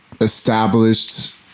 Established